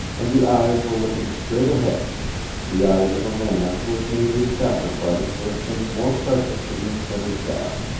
and the eyes were looking straight ahead the eyes of a man who had made his sacrifice for a thing more precious to him than his god.